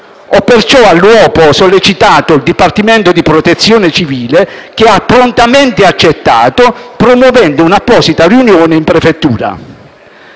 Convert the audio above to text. Ho perciò all'uopo sollecitato il Dipartimento di protezione civile, che ha prontamente accettato, promuovendo un'apposita riunione in prefettura.